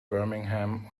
birmingham